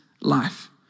life